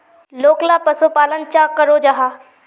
लोकला पशुपालन चाँ करो जाहा?